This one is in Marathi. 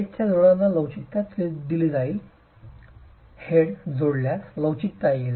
बेडच्या जोडांना लवचिकता दिली जाईल हेड जोडल्यास लवचिकता येईल